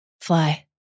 Fly